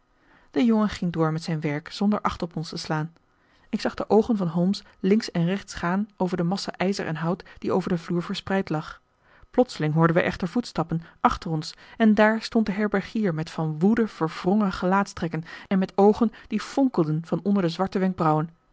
de jongen ging door met zijn werk zonder acht op ons te slaan ik zag de oogen van holmes links en rechts gaan over de massa ijzer en hout die over den vloer verspreid lag plotseling hoorden wij echter voetstappen achter ons en daar stond de herbergier met van woede verwrongen gelaatstrekken en met oogen die fonkelden van onder de zwarte wenkbrauwen